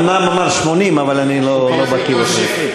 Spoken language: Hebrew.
אומנם הוא אמר 80, אבל אני לא בקי בזה.